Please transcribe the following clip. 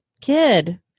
kid